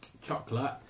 chocolate